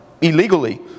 illegally